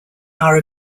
are